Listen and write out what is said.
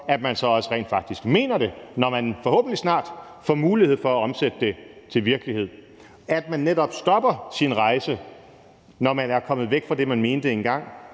at man så også rent faktisk mener det, når man forhåbentlig snart får mulighed for at omsætte det til virkelighed. Altså at man netop stopper sin rejse, når man er kommet væk fra det, man mente engang,